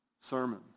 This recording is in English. sermon